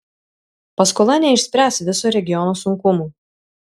paskola neišspręs viso regiono sunkumų